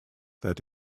that